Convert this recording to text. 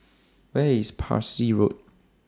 Where IS Parsi Road